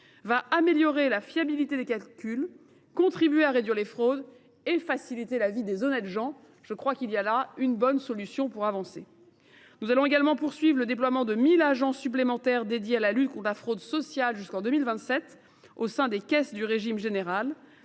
améliorera la fiabilité des calculs, contribuera à réduire les fraudes et facilitera la vie des honnêtes gens. Il me semble que c’est une bonne solution pour avancer. Nous poursuivrons également le déploiement de 1 000 agents supplémentaires chargés de la lutte contre la fraude sociale jusqu’en 2027 au sein des caisses du régime général